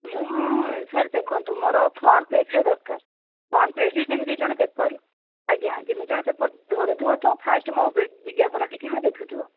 ମୁଁ ସାର୍ ଦେଖନ୍ତୁ ମୋର ଫ୍ରଣ୍ଟ ପେଜ୍ରେ ଦରକାର ଫ୍ରଣ୍ଟ ପେଜ୍ରେ ଯେମତି ଜଣେ ପେପର୍ ଆଜ୍ଞା ଯେମତି ଜଣେ ପେପର୍ ଧରୁଥିବ ତ ଫାଷ୍ଟ ମୋ ବିଜ୍ଞାପନ ଟିକିଏ ଦେଖୁଥିବ